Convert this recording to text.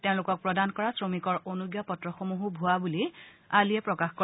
তেওঁলোকক প্ৰদান কৰা শ্ৰমিকৰ অনূজাপত্ৰসমূহো ভূবা বুলি আলিয়ে প্ৰকাশ কৰে